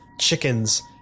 chickens